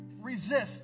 resist